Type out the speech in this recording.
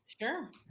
sure